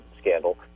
Scandal